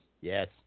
Yes